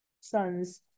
son's